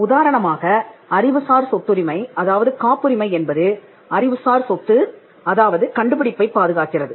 உதாரணமாக அறிவுசார் சொத்துரிமை அதாவது காப்புரிமை என்பது அறிவுசார் சொத்து அதாவது கண்டுபிடிப்பைப் பாதுகாக்கிறது